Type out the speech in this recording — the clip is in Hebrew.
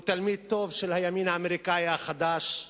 הוא תלמיד טוב של הימין האמריקני החדש,